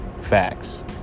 Facts